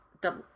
Double